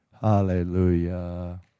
Hallelujah